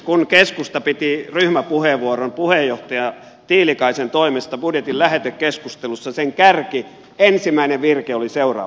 kun keskusta piti ryhmäpuheenvuoron puheenjohtaja tiilikaisen toimesta budjetin lähetekeskustelussa sen kärki ensimmäinen virke oli seuraava